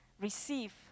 receive